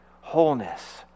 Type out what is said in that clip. wholeness